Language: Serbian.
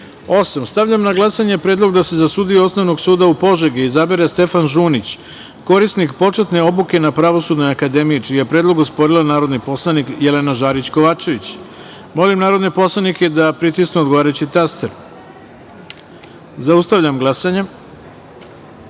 Stavljam na glasanje predlog da se za sudiju Osnovnog suda u Požegi izabere Stefan Žunić, korisnik početne obuke na Pravosudnoj akademiji, čiji je predlog osporila narodni poslanik Jelena Žarić Kovačević. Molim narodne poslanike da pritisnu odgovarajući taster. Zaustavljam glasanje: